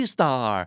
Star